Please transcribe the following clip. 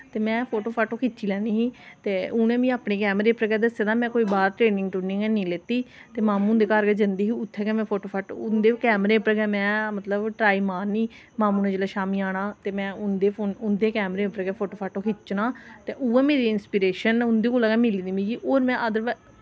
ते में फोटो फाटू खिच्ची लैन्नी ते उनें मिगी अपने कैमरे पर गै दस्से दा में कोई बाह्र ट्रेनिंग ट्रुनिग हैनी लैती ते मामू हुंदे घर गै जंदी ही उत्थें गै में फोटू फाटू उं'दे कैमरे उप्पर गै में मतलब ट्राई मारनी मामू ने जेल्लै शाम्मी आना ते में उं दे फो उं दे कैमरे उप्पर गै फोटू फाटू खिच्चना ते उऐ मेरी इंसपिरेशन उं'दे कोला गै मिली दी मिगी होर में अदरवाइज